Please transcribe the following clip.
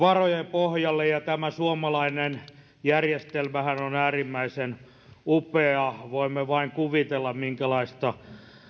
pohjalle tämä suomalainen järjestelmähän on äärimmäisen upea voimme vain kuvitella minkälaista